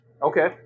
Okay